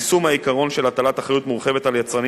יישום העיקרון של הטלת אחריות מורחבת על יצרנים